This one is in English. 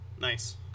Nice